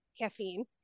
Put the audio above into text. caffeine